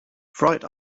fried